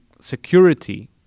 security